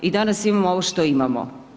I danas imamo ovo što imamo.